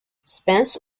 spence